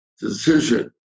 decision